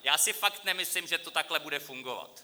Já si fakt nemyslím, že to takhle bude fungovat.